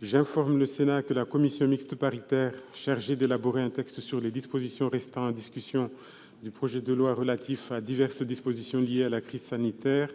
J'informe le Sénat que la commission mixte paritaire chargée d'élaborer un texte sur les dispositions restant en discussion du projet de loi relatif à diverses dispositions liées à la crise sanitaire,